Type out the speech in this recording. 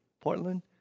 Portland